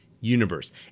universe